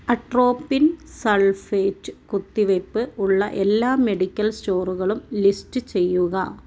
atropine sulphate കുത്തിവയ്പ്പ് ഉള്ള എല്ലാ മെഡിക്കൽ സ്റ്റോറുകളും ലിസ്റ്റ് ചെയ്യുക